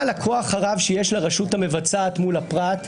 הכוח הרב שיש לרשות המבצעת מול הפרט,